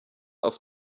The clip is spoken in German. auf